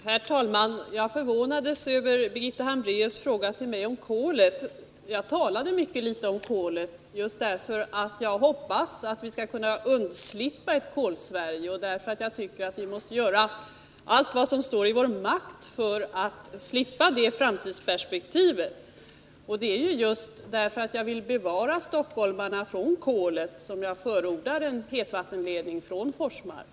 Herr talman! Jag förvånades över Birgitta Hambraeus fråga till mig om kolet. Jag talade mycket litet om kolet just därför att jag hoppas att vi skall undslippa ett Kolsverige och därför att jag tycker att vi måste göra allt vad som står i vår makt för att slippa det framtidsperspektivet. Och det är just därför att jag vill bevara stockholmarna från kolet som jag förordar en hetvattenledning från Forsmark.